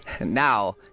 Now